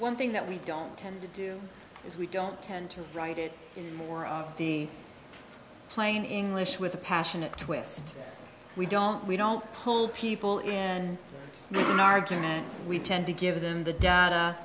one thing that we don't tend to do is we don't tend to write it or of the plain english with a passionate twist we don't we don't pull people in an argument we tend to give them the data